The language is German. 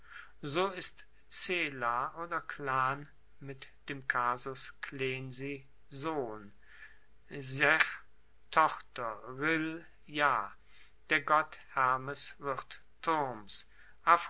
so ist cela oder clan mit dem kasus clensi sohn se tochter ril jahr der gott hermes wird turms